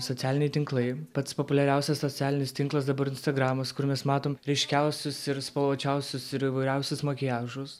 socialiniai tinklai pats populiariausias socialinis tinklas dabar instagramas kur mes matom ryškiausius ir spalvočiausius ir įvairiausius makiažus